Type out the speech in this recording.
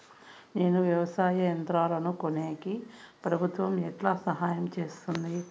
నేను వ్యవసాయం యంత్రాలను కొనేకి ప్రభుత్వ ఎట్లా సహాయం చేస్తుంది?